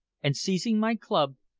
and seizing my club,